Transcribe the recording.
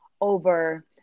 over